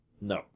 No